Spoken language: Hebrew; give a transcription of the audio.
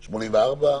84?